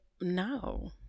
no